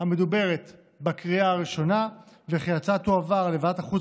המדוברת בקריאה הראשונה וכי ההצעה תועבר לוועדת החוץ